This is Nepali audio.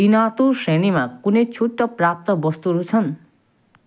इनातुर श्रेणीमा कुनै छुटप्राप्त वस्तुहरू छन्